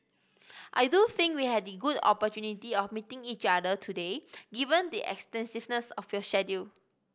I do think we had the good opportunity of meeting each other today given the extensiveness of your schedule